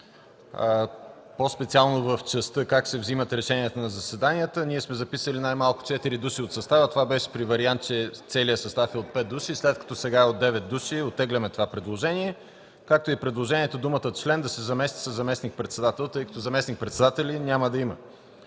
по-специално в частта как се взимат решенията на заседанията. Ние сме записали най-малко четири души от състава – това беше при вариант, че целият състав е от 5 души. След като сега е от 9 души, оттегляме това предложение, както и предложението думата „член” да се замества със „заместник-председател”, тъй като заместник-председатели няма да има.